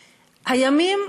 הימים,